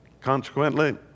Consequently